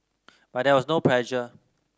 but there was no pressure